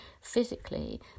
physically